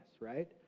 right